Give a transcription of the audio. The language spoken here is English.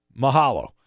Mahalo